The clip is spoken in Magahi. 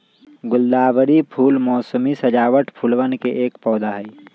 गुलदावरी फूल मोसमी सजावट फूलवन के एक पौधा हई